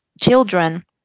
children